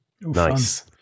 Nice